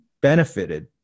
benefited